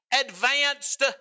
advanced